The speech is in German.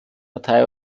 partei